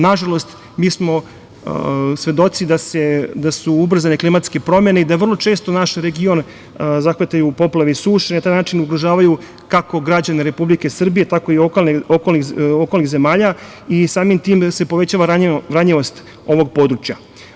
Nažalost, mi smo svedoci da su ubrzane klimatske promene i da vrlo često naš region zahvataju poplave i suše, na taj način ugrožavaju kako građane Republike Srbije, tako i građane okolnih zemalja i samim tim se povećava ranjivost ovog područja.